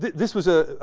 this was a.